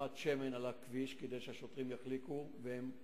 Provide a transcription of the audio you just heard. שפיכת שמן על הכביש כדי ששוטרים יחליקו, והם נפלו,